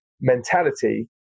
mentality